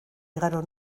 igaro